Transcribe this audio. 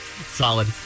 Solid